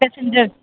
passenger